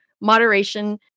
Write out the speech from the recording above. moderation